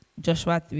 Joshua